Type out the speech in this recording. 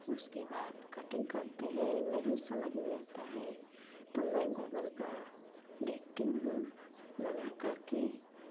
उसके बाद कटिंग करते हैं नहीं समझ में आता है तो मैं गूगल पर देखती हूँ मना करके